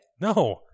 No